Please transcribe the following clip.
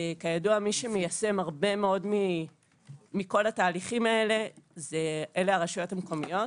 כידוע מי שמיישם הרבה מאוד מהתהליכים האלה אלה הרשויות המקומיות,